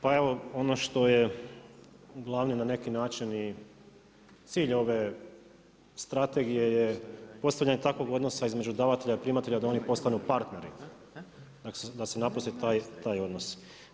Pa evo ono što je uglavnom na neki način i cilj ove strategije je postavljanje takvog odnosa između davatelja i primatelja da oni postanu partneri, da se napusti taj odnos.